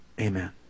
Amen